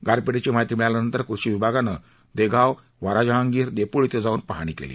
गारपीटीची माहिती मिळाल्यानंतर कृषी विभागानं देगाव वारा जहांगीर देप्ळ इथे जाऊन पाहणी केली